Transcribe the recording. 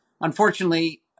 Unfortunately